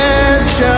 edge